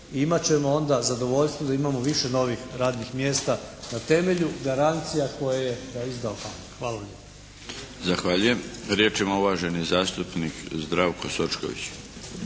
ćemo onda zadovoljstvo da imamo više novih radnih mjesta na temelju garancija koje je izdao HAMAG. Hvala lijepa. **Milinović, Darko (HDZ)** Zahvaljujem. Riječ ima uvaženi zastupnik Zdravko Sočković.